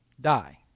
die